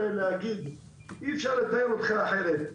אי-אפשר לתאר אותך אחרת.